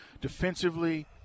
defensively